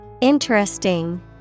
Interesting